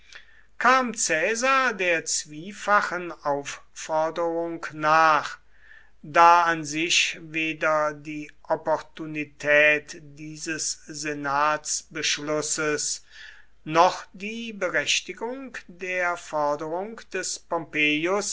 kam caesar der zwiefachen aufforderung nach da an sich weder die opportunität dieses senatsbeschlusses noch die berechtigung der forderung des pompeius